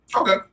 Okay